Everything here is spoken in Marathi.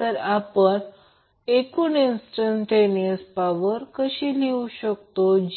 तर VAN प्रत्यक्षात हे पुन्हा समजून घेण्यासाठी लहान n बनवतो म्हणून